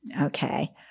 Okay